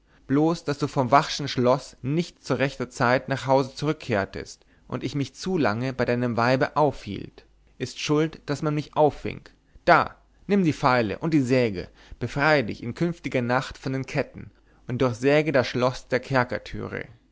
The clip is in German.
bloß daß du vom vachschen schloß nicht zu rechter zeit nach hause zurückkehrtest und ich mich zu lange bei deinem weibe aufhielt ist schuld daß man mich auffing da nimm die feile und die säge befreie dich in künftiger nacht von den ketten und durchsage das schloß der